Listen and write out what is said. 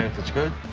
that's good.